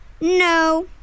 No